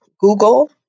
Google